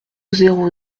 zéro